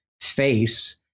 face